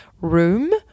room